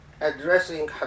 addressing